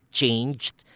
changed